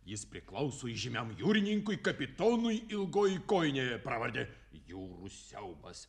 jis priklauso įžymiam jūrininkui kapitonui ilgoji kojinė pravarde jūrų siaubas